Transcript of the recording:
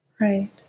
Right